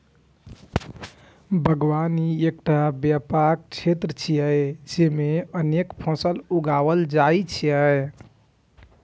बागवानी एकटा व्यापक क्षेत्र छियै, जेइमे अनेक फसल उगायल जाइ छै